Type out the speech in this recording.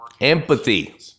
Empathy